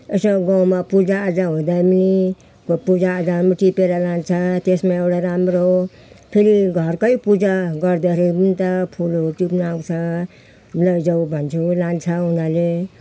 यसो गाउँमा पूजा आजा हुँदा पनि त्यो पूजा आजामा टिपेर लान्छ त्यसमा एउटा राम्रो हो फेरि घरकै पूजा गर्दाखेरि पनि त फुलहरू टिप्न आउँछ लैजाऊ भन्छु लान्छ उनीहरूले